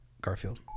garfield